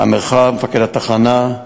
המרחב, מפקד התחנה,